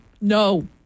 No